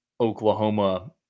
Oklahoma